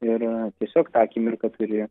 ir tiesiog tą akimirką turi